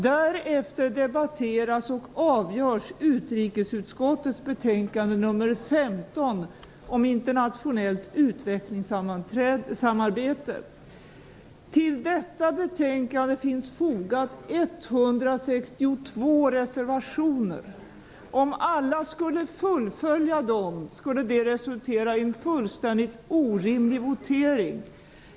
Därefter debatteras och avgörs utrikesutskottets betänkande nr 15 om internationellt utvecklingssamarbete. Till detta betänkande finns 162 reservationer fogade. Om alla skulle fullfölja dem skulle det resultera i en fullständigt orimlig votering.